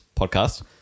podcast